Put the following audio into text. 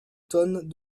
tonnes